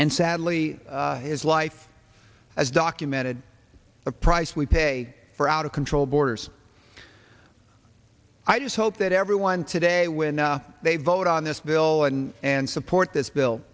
and sadly his life has documented a price we pay for out of control borders i just hope that everyone today when they vote on this bill and and support this bill